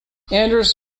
anders